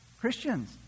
Christians